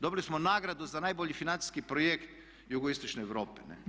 Dobili smo nagradu za najbolji financijski projekt jugoistočne Europe.